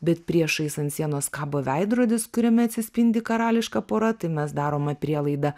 bet priešais ant sienos kabo veidrodis kuriame atsispindi karališka pora tai mes darome prielaidą